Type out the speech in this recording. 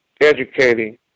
educating